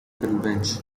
convention